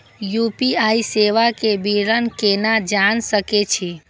UPI सेवा के विवरण केना जान सके छी?